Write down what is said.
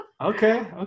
okay